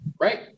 Right